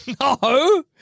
No